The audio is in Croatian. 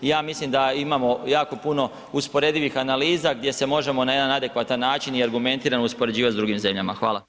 Ja mislim da imamo jako puno usporedivih analiza gdje se možemo na jedan adekvatan način i argumentirano uspoređivati s drugim zemljama.